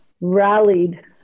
rallied